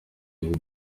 iti